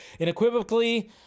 unequivocally